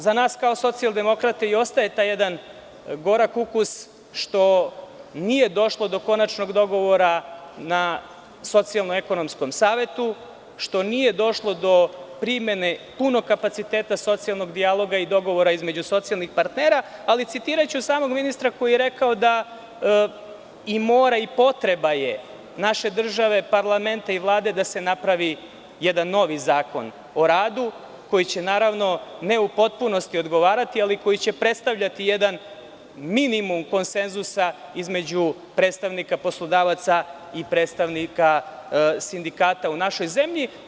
Za nas kao socijal-demokrate i ostaje taj jedan gorak ukus što nije došlo do konačnog dogovora na Socijalno-ekonomskom savetu, što nije došlo do primene punog kapaciteta socijalnog dijaloga i dogovora između socijalnih partnera, ali citiraću samog ministra koji je rekao da:“ i mora i potreba je naše države, parlamenta i Vlade, da se napravi jedan novi zakon o radu koji će, naravno ne u potpunosti odgovarati, ali koji će predstavljati jedan minimum koncenzusa između predstavnika poslodavaca i predstavnika sindikata u našoj zemlji“